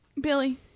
Billy